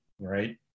Right